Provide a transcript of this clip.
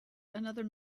another